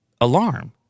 alarm